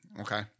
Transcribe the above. Okay